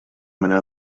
mena